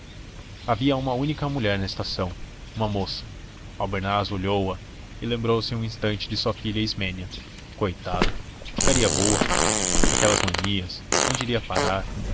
havia uma única mulher na estação uma moça albernaz olhou-a e lembrou-se um instante de sua filha ismênia coitada ficaria boa aquelas manias onde iria parar